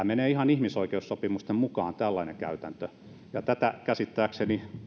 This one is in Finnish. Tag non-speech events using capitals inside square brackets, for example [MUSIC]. [UNINTELLIGIBLE] menee ihan ihmisoikeussopimusten mukaan ja tätä käsittääkseni